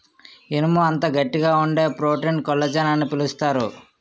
ఇనుము అంత గట్టిగా వుండే ప్రోటీన్ కొల్లజాన్ అని పిలుస్తారు